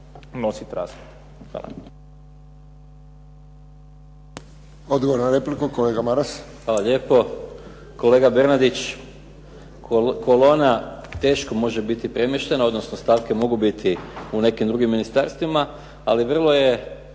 nositi rashod. Hvala.